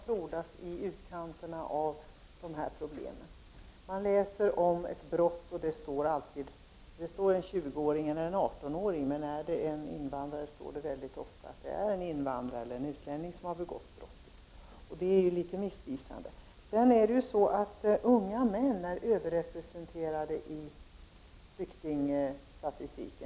När ett brott förövats av en svensk brukar det anges att det är t.ex. en 20-åring eller en 18-åring som står bakom det, men när förövaren inte är svensk anges det ofta att det är en utlänning eller en invandrare som har begått det. Det är litet missvisande. Vidare är unga män överrepresenterade i flyktingstatistiken.